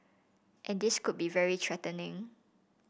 and this could be very threatening